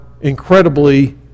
incredibly